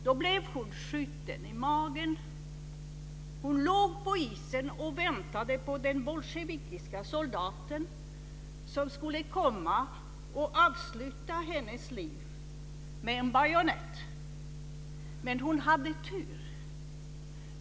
Då blev hon skjuten i magen. Hon låg på isen och väntade på den bolsjevikiske soldaten som skulle komma och avsluta hennes liv med en bajonett. Men hon hade tur.